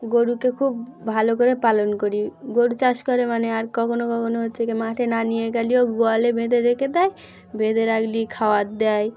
গরুকে খুব ভালো করে পালন করি গরু চাষ করে মানে আর কখনও কখনও হচ্ছে কি মাঠে না নিয়ে গেলেও গলে বেঁধে রেখে দেয় বেঁধে রাখলে খাওয়ার দেয়